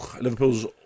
Liverpool's